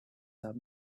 once